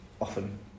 often